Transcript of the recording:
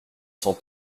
cent